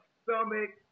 stomach